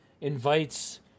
invites